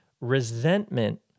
resentment